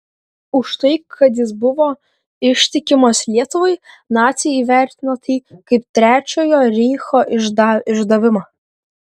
už tai kad jis buvo ištikimas lietuvai naciai įvertino tai kaip trečiojo reicho išdavimą